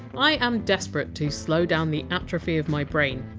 i! m desperate to slow down the atrophy of my brain,